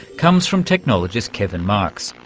comes from technologist kevin marks,